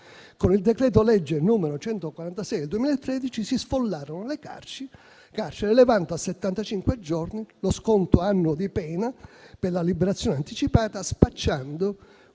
Con il decreto-legge n. 146 del 2013 si sfollarono le carceri, elevando a settantacinque giorni lo sconto annuo di pena per la liberazione anticipata, spacciando